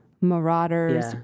Marauders